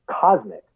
cosmic